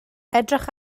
edrych